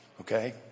okay